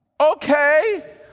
okay